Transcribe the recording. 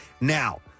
Now